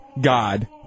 God